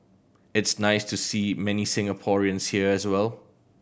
it's nice to see many Singaporeans here as well